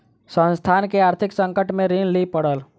संस्थान के आर्थिक संकट में ऋण लिअ पड़ल